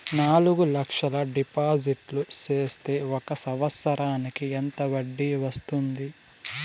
నాలుగు లక్షల డిపాజిట్లు సేస్తే ఒక సంవత్సరానికి ఎంత వడ్డీ వస్తుంది?